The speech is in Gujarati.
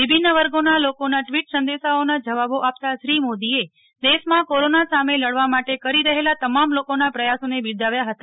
વિભિન્ન વર્ગોના લોકોના ટ્વિટ સંદેશાઓના જવાબો આપતા શ્રી મોદીએ દેશમાં કોરોના સામે લડવા માટે કરી રહેલા તમામ લોકોના પ્રયાસોને બિરદાવ્યા હતા